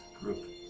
group